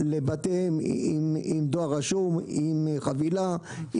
לבתיהם עם דואר רשום, עם חבילה,